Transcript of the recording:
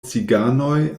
ciganoj